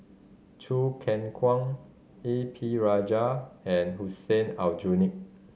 Choo Keng Kwang A P Rajah and Hussein Aljunied